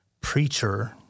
preacher